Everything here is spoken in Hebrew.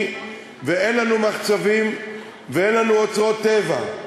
ואין לנו מחצבים ואין לנו אוצרות טבע,